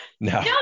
No